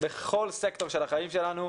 בכל סקטור של החיים שלנו,